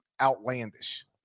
outlandish